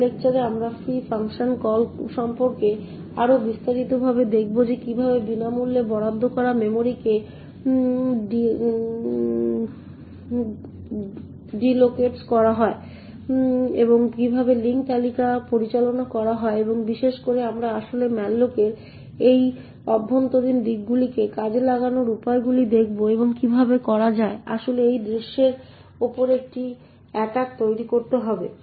পরের লেকচারে আমরা ফ্রি ফাংশন কল সম্পর্কে আরও বিস্তারিতভাবে দেখব যে কীভাবে বিনামূল্যে বরাদ্দ করা মেমরিকে ডিলকেট করা হয় এবং কীভাবে লিঙ্ক তালিকা পরিচালনা করা হয় এবং বিশেষ করে আমরা আসলে malloc এর এই অভ্যন্তরীণ দিকগুলিকে কাজে লাগানোর উপায়গুলি দেখব এবং কীভাবে করা যায় আসলে এই দৃশ্যের উপর একটি এটাক তৈরি করতে হবে